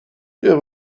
you